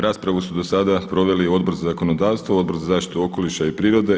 Raspravu su do sada proveli Odbor za zakonodavstvo, Odbor za zaštitu okoliša i prirode.